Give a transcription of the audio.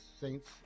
Saints